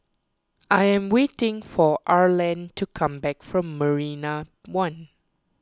I am waiting for Arland to come back from Marina one